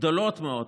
גדולות מאוד,